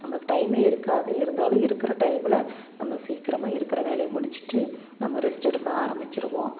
நம்பளுக்கு டைமே இருக்காது இருந்தாலும் இருக்கிற டைம்மில் நம்ம சீக்கிரமாக இருக்கிற வேலையை முடிச்சிவிட்டு நம்ம ரெஸ்ட் எடுக்க ஆரம்பிச்சிவிடுவோம்